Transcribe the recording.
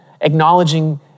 acknowledging